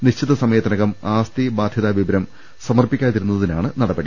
നിശ്ചിത സമയത്തിനകം ആസ്തി ബാധ്യതാ വിവരം സമർപ്പിക്കാതിരുന്നതിനാണ് നടപടി